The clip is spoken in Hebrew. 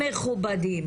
מכובדים,